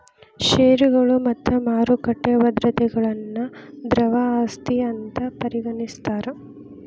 ಷೇರುಗಳು ಮತ್ತ ಮಾರುಕಟ್ಟಿ ಭದ್ರತೆಗಳನ್ನ ದ್ರವ ಆಸ್ತಿ ಅಂತ್ ಪರಿಗಣಿಸ್ತಾರ್